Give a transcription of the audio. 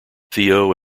theo